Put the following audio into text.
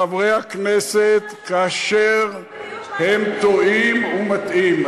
לא תעמוד לחברי הכנסת כאשר הם טועים ומטעים.